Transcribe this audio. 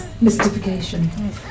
mystification